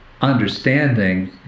understanding